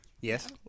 Yes